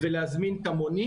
להזמין מונית,